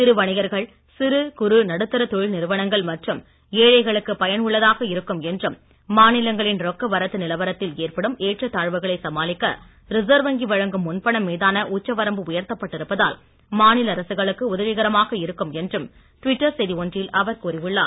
சிறு வணிகர்கள் சிறு குறு நடுத்தர தொழில் நிறுவனங்கள் மற்றும் ஏழைகளுக்குப் பயன் உள்ளதாக இருக்கும் என்றும் மாநிலங்களின் ரொக்க வரத்து நிலவரத்தில் ஏற்படும் ஏற்றத் தாழ்வுகளை சமாளிக்க ரிசர்வ் வங்கி வழங்கும் முன்பணம் மீதான உச்சவரம்பு உயர்த்தப்பட்டு இருப்பதால் மாநில அரசுகளுக்கு உதவிகரமாக இருக்கும் என்றும் டுவிட்டர் செய்தி ஒன்றில் அவர் கூறி உள்ளார்